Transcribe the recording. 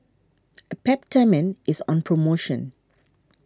a Peptamen is on promotion